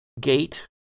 gate